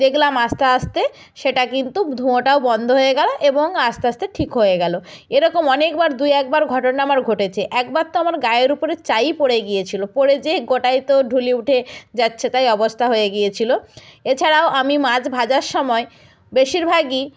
দেখলাম আস্তে আস্তে সেটা কিন্তু ধোঁয়াটাও বন্ধ হয়ে গেলো এবং আস্তে আস্তে ঠিক হয়ে গেলো এরকম অনেকবার দুই একবার ঘটনা আমার ঘটেচে একবার তো আমার গায়ের উপরে চা ই পড়ে গিয়েছিলো পড়ে যেয়ে গোটাই তো ফোস্কা উঠে যাচ্ছেতাই অবস্থা হয়ে গিয়েছিলো এছাড়াও আমি মাছ ভাজার সময় বেশিরভাগই